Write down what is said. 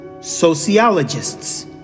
sociologists